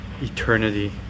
eternity